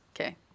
okay